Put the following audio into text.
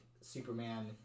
Superman